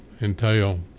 entail